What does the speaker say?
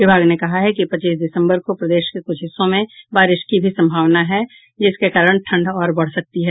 विभाग ने कहा है कि पच्चीस दिसंबर को प्रदेश के कुछ हिस्सों में बारिश की भी संभावना है जिसके कारण ठंड और बढ़ सकती है